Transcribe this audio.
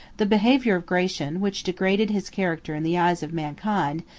the behavior of gratian, which degraded his character in the eyes of mankind,